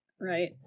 Right